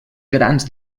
grans